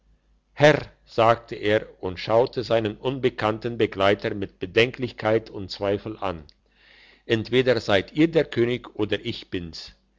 herr sagte er und schaute seinen unbekannten begleiter mit bedenklichkeit und zweifel an entweder seid ihr der könig oder ich bin's